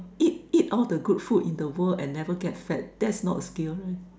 eat eat all the good food in the world and never get fat that's not a skill